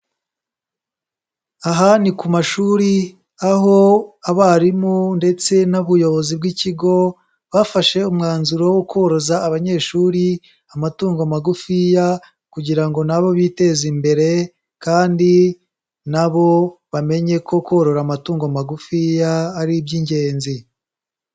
Aha ni ku mashuri, aho abarimu ndetse n'ubuyobozi bw'ikigo, bafashe umwanzuro wo koroza abanyeshuri amatungo magufiya kugira ngo na bo biteze imbere kandi na bo bamenye ko korora amatungo magufiya ari iby'ingenzi.